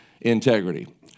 integrity